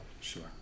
Sure